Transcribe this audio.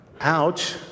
Ouch